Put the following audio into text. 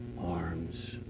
Arms